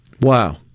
Wow